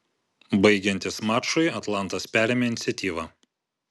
baigiantis mačui atlantas perėmė iniciatyvą